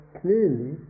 clearly